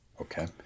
Okay